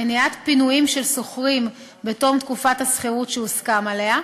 מניעת פינוים של שוכרים בתום תקופת השכירות שהוסכם עליה,